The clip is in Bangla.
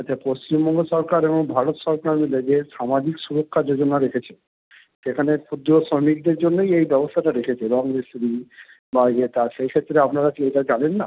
আচ্ছা পশ্চিমবঙ্গ সরকার এবং ভারত সরকার মিলে যে সামাজিক সুরক্ষা যোজনা রেখেছে সেখানে ক্ষুদ্র শ্রমিকদের জন্যই এই ব্যবস্থাটা রেখেছে রঙ মিস্ত্রি বা ইয়েটা সেই ক্ষত্রে আপনারা কি এটা জানেন না